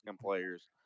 players